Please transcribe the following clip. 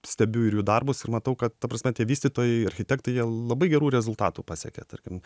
stebiu ir jų darbus ir matau kad ta prasme tie vystytojai architektai jie labai gerų rezultatų pasiekia tarkim